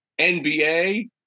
NBA